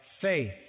faith